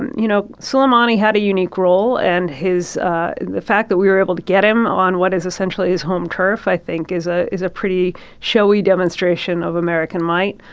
you know, suleimani had a unique role. and his the fact that we were able to get him on what is essentially his home turf, i think is a is a pretty showy demonstration of american might.